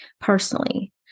personally